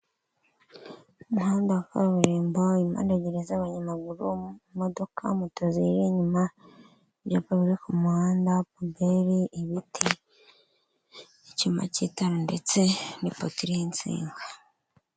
Umuhanda wa kaburimbo impande ebyiri z'abanyamaguru, imodoka, mota ziyiri inyuma ibyapa biri ku muhanda, puberi, ibiti, icyuma cy'itara ndetse n'ipoto iriho insinga.